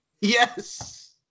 Yes